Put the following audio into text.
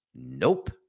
Nope